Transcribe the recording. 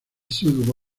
sud